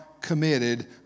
committed